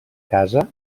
casa